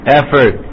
effort